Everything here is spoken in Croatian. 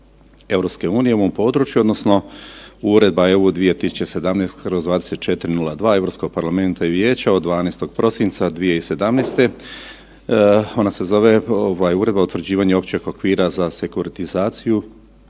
ovom području, odnosno Uredba EU 2017/2402 EU Parlamenta i Vijeća od 12. prosinca 2017. Ona se zove Uredba o utvrđivanju općeg okvira za sekuritizaciju